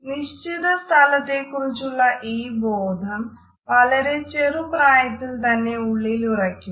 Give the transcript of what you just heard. നിശ്ചിത സ്ഥലത്തെക്കുറിച്ചുള്ള ഈ ബോധം വളരെ ചെറുപ്രായത്തിൽതന്നെ ഉള്ളിലുറയ്ക്കുന്നു